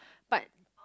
but